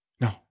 No